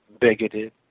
bigoted